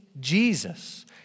Jesus